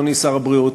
אדוני שר הבריאות,